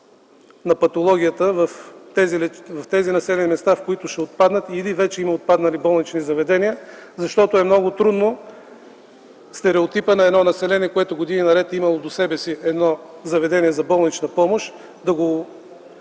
на патологията в тези населени места, в които ще отпаднат или вече има отпаднали болнични заведения, защото е много трудно стереотипът на едно население, което години наред е имало до себе си едно заведение за болнична помощ, да го